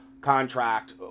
contract